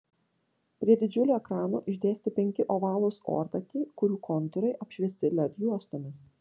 prie didžiulių ekranų išdėstyti penki ovalūs ortakiai kurių kontūrai apšviesti led juostomis